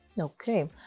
Okay